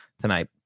tonight